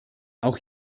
auch